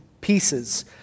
pieces